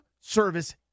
service